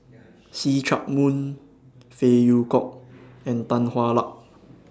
See Chak Mun Phey Yew Kok and Tan Hwa Luck